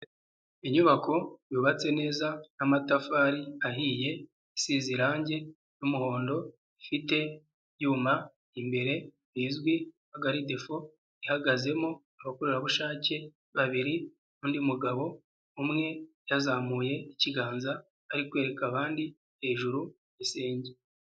Inyubako yubatse neza nk'amatafari ahiye isize irangi n'umuhondo ifite ibyuma imbere bizwi nka garidefu ihagazemo abakorerabushake babiri undi mugabo umwe yazamuye ikiganza arikwereka abandi hejuru y'igisenge.